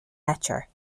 etcher